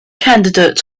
candidate